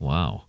Wow